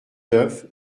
neuf